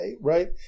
right